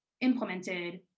implemented